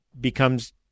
becomes